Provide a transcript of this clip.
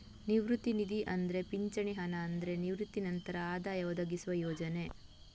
ನಿವೃತ್ತಿ ನಿಧಿ ಅಂದ್ರೆ ಪಿಂಚಣಿ ಹಣ ಅಂದ್ರೆ ನಿವೃತ್ತಿ ನಂತರ ಆದಾಯ ಒದಗಿಸುವ ಯೋಜನೆ